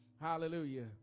Hallelujah